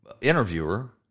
interviewer